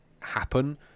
happen